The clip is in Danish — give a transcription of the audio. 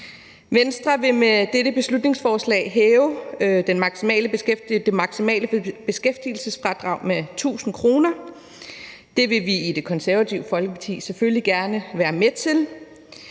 Venstre vil med dette beslutningsforslag hæve det maksimale beskæftigelsesfradrag med 1.000 kr. Det vil vi i Det Konservative Folkeparti selvfølgelig gerne være med til.